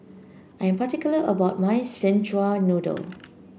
I am particular about my Szechuan Noodle